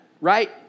Right